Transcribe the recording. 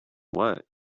what